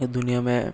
दुनिया में